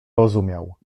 rozumiał